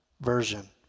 Version